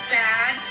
bad